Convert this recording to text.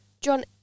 John